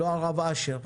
לא הרב אשר,